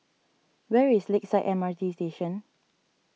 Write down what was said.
where is Lakeside M R T Station